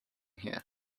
here